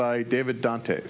by david dante